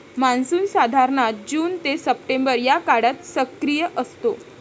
monsoon साधारणतः June ते September या काळात सक्रिय असतो